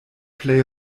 plej